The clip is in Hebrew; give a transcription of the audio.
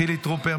חילי טרופר,